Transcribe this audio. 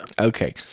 Okay